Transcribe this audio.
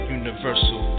universal